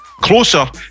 closer